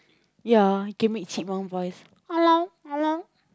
ya can make chipmunk voice hello hello